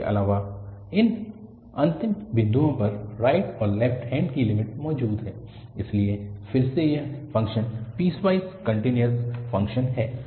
इसके अलावा इन अंत बिंदुओं पर राइट और लेफ्ट हैन्ड की लिमिट्स मौजूद हैं इसलिए फिर से यह फ़ंक्शन पीसवाइस कन्टिन्यूअस फंक्शन है